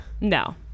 no